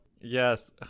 yes